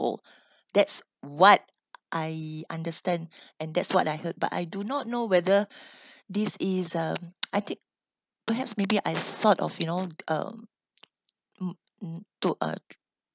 that's what I understand and that's what I heard but I do not know whether this is um I think perhaps maybe I thought of you know um to uh